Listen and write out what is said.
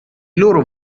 loro